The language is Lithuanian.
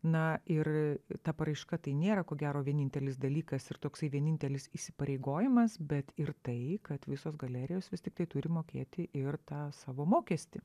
na ir ta paraiška tai nėra ko gero vienintelis dalykas ir toksai vienintelis įsipareigojimas bet ir tai kad visos galerijos vis tiktai turi mokėti ir tą savo mokestį